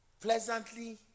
pleasantly